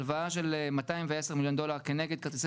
הלוואה של 210 מיליון דולר כנגד כרטיסי